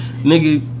Nigga